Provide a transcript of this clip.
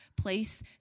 place